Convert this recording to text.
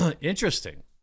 Interesting